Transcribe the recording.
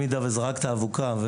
אם זרקת אבוקה,